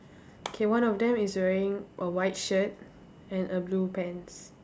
k one of them is wearing a white shirt and a blue pants